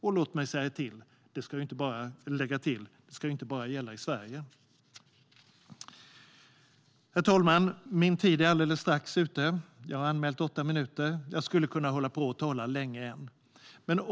Jag vill tillägga att detta inte bara ska gälla i Sverige. Herr talman! Min talartid är strax ute. Jag hade anmält åtta minuter, men jag skulle kunna hålla på att tala länge.